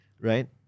right